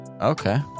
Okay